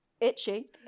itchy